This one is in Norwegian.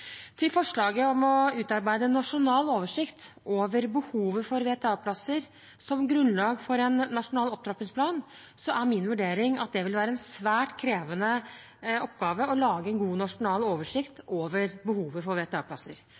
Til forslaget om å utarbeide en nasjonal oversikt over behovet for VTA-plasser som grunnlag for en nasjonal opptrappingsplan, er min vurdering at det vil være en svært krevende oppgave å lage en god nasjonal oversikt over behovet for